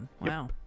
wow